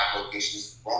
locations